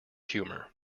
humour